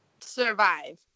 Survive